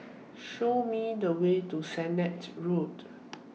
Show Me The Way to Sennett Road